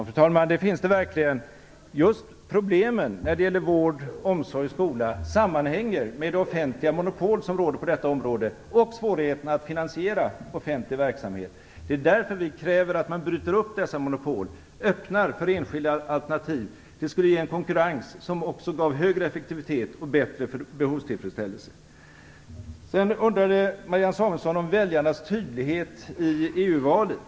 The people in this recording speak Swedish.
Fru talman! Det finns det verkligen! Just problemen när det gäller vård, omsorg och skola sammanhänger med det offentliga monopol som råder på detta område och svårigheten att finansiera offentlig verksamhet. Det är därför vi kräver att man bryter upp dessa monopol och öppnar för enskilda alternativ. Det skulle ge en konkurrens som också gav högre effektivitet och bättre behovstillfredsställelse. Marianne Samuelsson ställde också en fråga om väljarnas tydlighet i EU-valet.